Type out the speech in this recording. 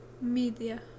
media